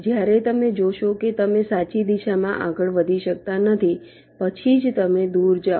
જ્યારે તમે જોશો કે તમે સાચી દિશામાં આગળ વધી શકતા નથી પછી જ તમે દૂર જાઓ